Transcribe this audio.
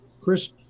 Chris